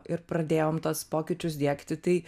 ir pradėjom tuos pokyčius diegti tai